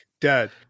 dead